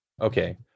okay